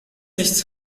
nichts